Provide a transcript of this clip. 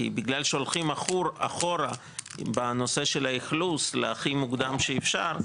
בגלל שהולכים אחורה בנושא של האכלוס להכי מוקדם שאפשר.